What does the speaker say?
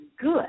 good